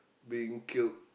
being killed